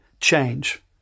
change